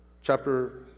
chapter